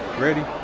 really